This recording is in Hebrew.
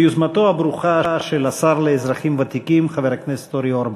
ביוזמתו הברוכה של השר לאזרחים ותיקים חבר הכנסת אורי אורבך.